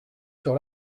sur